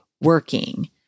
working